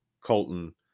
Colton